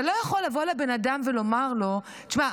אתה לא יכול לבוא לבן אדם ולומר לו: תשמע,